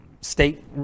state